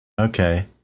Okay